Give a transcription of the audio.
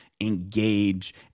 engage